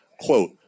quote